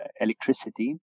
electricity